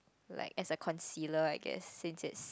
like as a concealer I guess since it's